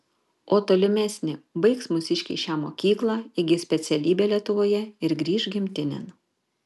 o tolimesnė baigs mūsiškiai šią mokyklą įgis specialybę lietuvoje ir grįš gimtinėn